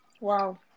Wow